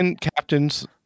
Captain's